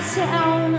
town